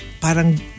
parang